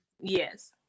Yes